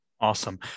Awesome